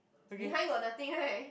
behind got nothing right